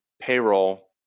payroll